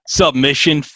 submission